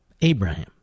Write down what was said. Abraham